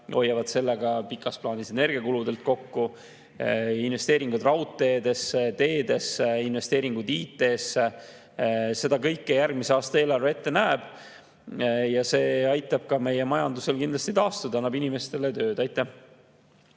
hoiavad sellega pikas plaanis energiakuludelt kokku. Investeeringud raudteedesse, teedesse, investeeringud IT‑sse. Seda kõike järgmise aasta eelarve ette näeb ja see aitab ka meie majandusel kindlasti taastuda, annab inimestele tööd. Aitäh!